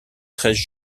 treize